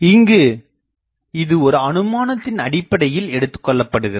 இங்கு இது ஒரு அனுமானத்தின் அடிப்படையில் எடுத்துக்கொள்ளப்படுகிறது